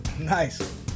Nice